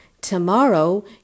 Tomorrow